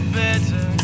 better